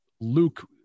luke